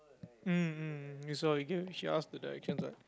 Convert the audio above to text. mm mm so you give~ she ask the directions ah